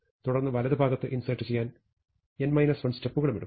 തുടർന്ന് വലതുഭാഗത്ത് ഇൻസേർട് ചെയ്യാൻ n 1 സ്റ്റെപ്പുകളും എടുക്കും